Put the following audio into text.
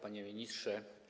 Panie Ministrze!